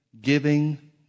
giving